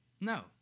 No